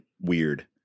weird